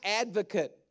advocate